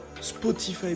Spotify